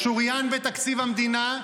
-- שוריין בתקציב המדינה,